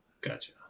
Gotcha